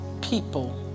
people